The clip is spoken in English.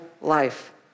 life